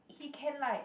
he can like